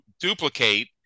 duplicate